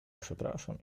przepraszam